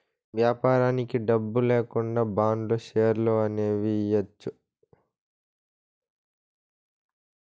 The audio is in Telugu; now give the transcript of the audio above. వ్యాపారానికి డబ్బు లేకుండా బాండ్లు, షేర్లు అనేవి ఇయ్యచ్చు